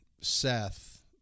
Seth